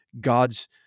God's